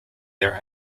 their